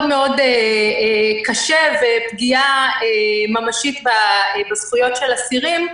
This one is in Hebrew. מאוד קשה ופגיעה ממשית בזכויות האסירים.